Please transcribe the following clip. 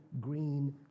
green